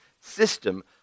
system